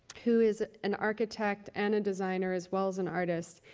who is an architect and a designer as well as an artist,